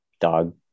dog